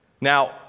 Now